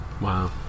wow